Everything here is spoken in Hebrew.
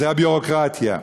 זו הביורוקרטיה.